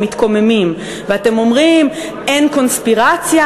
אתם מתקוממים ואתם אומרים: אין קונספירציה,